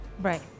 Right